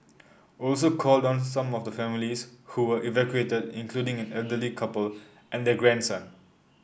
also called on some of the families who were evacuated including an elderly couple and their grandson